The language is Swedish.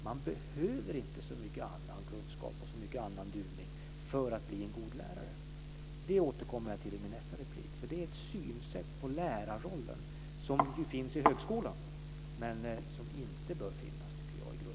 Man behöver inte så mycket annan kunskap och så mycket annan duvning för att bli en god lärare. Det återkommer jag till i min nästa replik för det är ett sätt att se på lärarrollen som finns i högskolan men som inte bör finnas, tycker jag, i grund och gymnasieskolan.